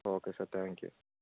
okay sir thank you